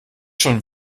schon